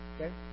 Okay